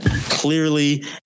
clearly